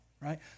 right